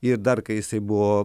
ir dar kai jisai buvo